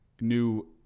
new